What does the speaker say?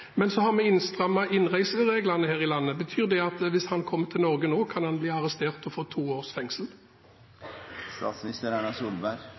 Men så har vi strammet inn innreisereglene her i landet. Betyr det at hvis han kom til Norge nå, kunne han blitt arrestert og fått to års